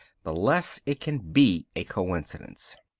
the less it can be a coincidence.